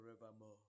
forevermore